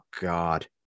God